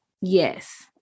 yes